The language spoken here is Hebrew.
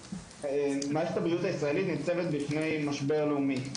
ומערכת הבריאות הישראלית ניצבת בפני משבר לאומי.